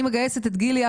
אני מגייסת את גילי,